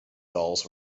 dolls